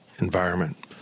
environment